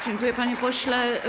Dziękuję, panie pośle.